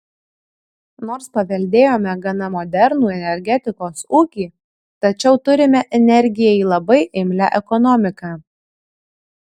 nors paveldėjome gana modernų energetikos ūkį tačiau turime energijai labai imlią ekonomiką